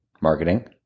marketing